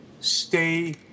stay